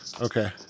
okay